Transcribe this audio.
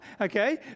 okay